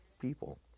people